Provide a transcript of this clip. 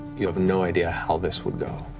you have no idea how this would go.